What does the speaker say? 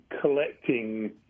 collecting